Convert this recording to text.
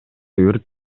өрт